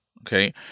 Okay